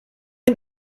een